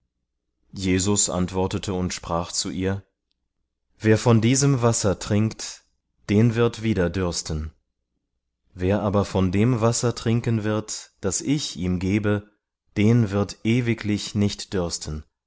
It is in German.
jesus antwortete und sprach zu ihr wer von diesem wasser trinkt den wir wieder dürsten wer aber von dem wasser trinken wird das ich ihm gebe den wird ewiglich nicht dürsten